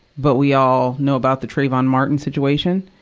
but we all know about the trayvon martin situation.